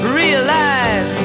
realize